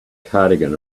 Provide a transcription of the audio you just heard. cardigan